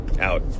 out